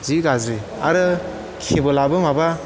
जि गाज्रि आरो केबोलाबो माबा